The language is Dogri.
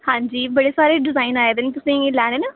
हांजी बड़े सारे डिजाइन आए दे न तुसें लैने न